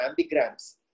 ambigrams